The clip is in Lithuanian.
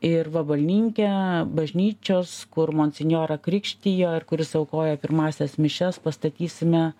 ir vabalninke bažnyčios kur monsinjorą krikštijo ir kur jis aukojo pirmąsias mišias pastatysime